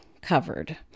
covered